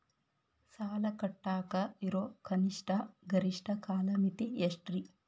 ಸಾಲ ಕಟ್ಟಾಕ ಇರೋ ಕನಿಷ್ಟ, ಗರಿಷ್ಠ ಕಾಲಮಿತಿ ಎಷ್ಟ್ರಿ?